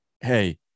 hey